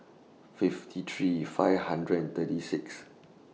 fifty three five hundred and thirty six